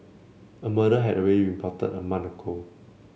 a murder had already been plotted a month ago